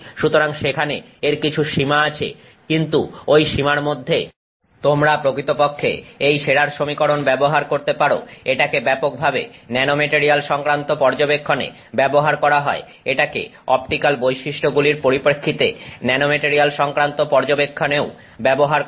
সুতরাং সেখানে এর কিছু সীমা আছে কিন্তু ঐ সীমার মধ্যে তোমরা প্রকৃতপক্ষে এই শেরার সমীকরণ ব্যবহার করতে পারো এটাকে ব্যাপকভাবে ন্যানোমেটারিয়াল সংক্রান্ত পর্যবেক্ষণে ব্যবহার করা হয় এটাকে অপটিক্যাল বৈশিষ্ট্যগুলির পরিপ্রেক্ষিতে ন্যানোমেটারিয়াল সংক্রান্ত পর্যবেক্ষণেও ব্যবহার করা হয়